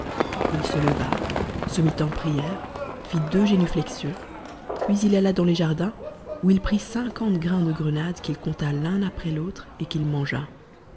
il se leva se mit en prière fit deux génuflexions puis il alla dans les jardins où il prit cinquante grains de grenade qu'il compta l'un après l'autre et qu'il mangea